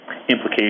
implication